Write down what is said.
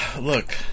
Look